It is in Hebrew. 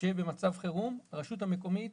שבמצב חירום הרשות המקומית